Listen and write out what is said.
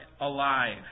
alive